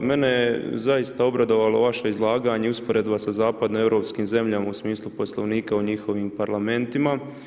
Mene je zaista obradovalo vaše izlaganje i usporedba sa zapadnoeuropskim zemljama u smislu poslovnika u njihovim parlamentima.